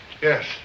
Yes